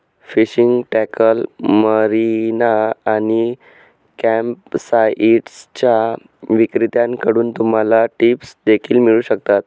fishing tackle, marina आणि कॅम्पसाइट्सच्या विक्रेत्यांकडून तुम्हाला टिप्स देखील मिळू शकतात